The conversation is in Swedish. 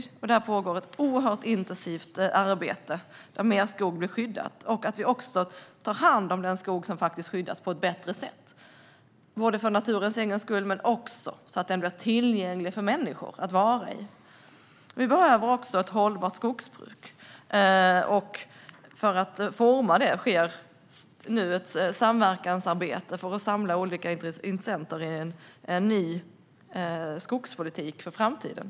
I denna del pågår ett oerhört intensivt arbete där mer skog blir skyddad. Den andra delen gäller att vi tar hand om den skog som skyddas på ett bättre sätt, både för naturens egen skull och så att den blir tillgänglig för människor att vara i. Vi behöver också ett hållbart skogsbruk. För att forma det sker nu ett samverkansarbete för att samla olika intressenter runt en ny skogspolitik för framtiden.